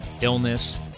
illness